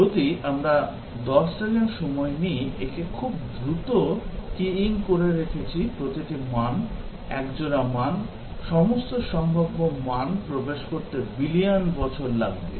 যদি আমরা 10 সেকেন্ড সময় নিই একে খুব দ্রুত keying করে রেখেছি প্রতিটি মান এক জোড়া মান সমস্ত সম্ভাব্য মান প্রবেশ করতে বিলিয়ন বছর সময় লাগবে